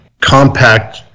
compact